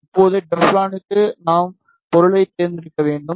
இப்போது டெஃளானுக்கு நாம் பொருளைத் தேர்ந்தெடுக்க வேண்டும்